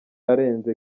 arenze